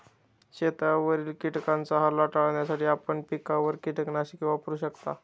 शेतावरील किटकांचा हल्ला टाळण्यासाठी आपण पिकांवर कीटकनाशके वापरू शकता